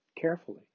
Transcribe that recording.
carefully